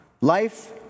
Life